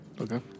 Okay